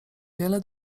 wiele